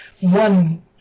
one